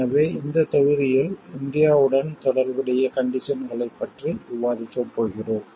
எனவே இந்த தொகுதியில் இந்தியாவுடன் தொடர்புடைய கண்டிசன்களைப் பற்றி விவாதிக்கப் போகிறோம்